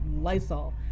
Lysol